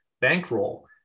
bankroll